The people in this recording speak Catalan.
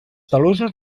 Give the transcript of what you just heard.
talussos